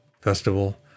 festival